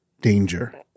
danger